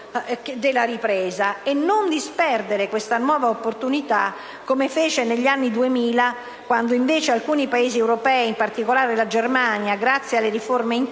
della ripresa e non disperdere questa nuova opportunità come fece negli anni Duemila, quando, mentre alcuni Paesi europei, in particolare la Germania, grazie alle riforme interne,